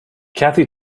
cathy